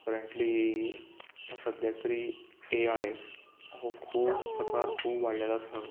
apparently सद्द्याक तरी A I हो खूब प्रकार खूब वाडलेलो आसा